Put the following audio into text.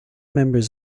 members